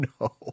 no